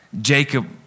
Jacob